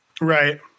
Right